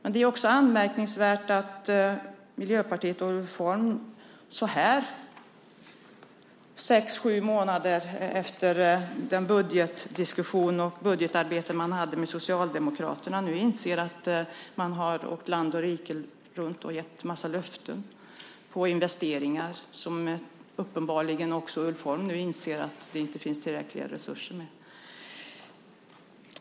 Det är också anmärkningsvärt att Miljöpartiet och Ulf Holm så här, sex sju månader efter den budgetdiskussion och det budgetarbete man hade med Socialdemokraterna, nu inser att man har åkt land och rike runt och gett en massa löften om investeringar, som uppenbarligen också Ulf Holm nu inser att det inte finns tillräckliga resurser för.